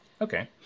Okay